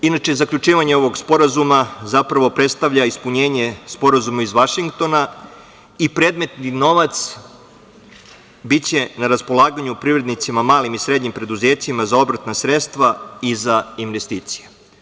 Inače, zaključivanje ovog sporazuma zapravo predstavlja ispunjenje Sporazuma iz Vašingtona i predmetni novac biće na raspolaganju privrednicima, malim i srednjim preduzećima za obrtna sredstva i za investicije.